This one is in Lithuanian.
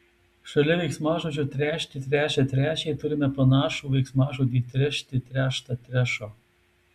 šalia veiksmažodžio tręšti tręšia tręšė turime panašų veiksmažodį trešti tręšta trešo